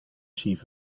chief